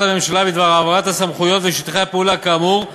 הממשלה בדבר העברת הסמכויות ושטחי הפעולה כאמור,